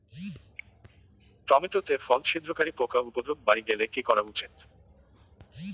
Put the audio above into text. Tomato তে ফল ছিদ্রকারী পোকা উপদ্রব বাড়ি গেলে কি করা উচিৎ?